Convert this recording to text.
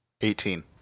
Eighteen